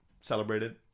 celebrated